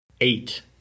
eight